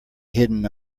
hidden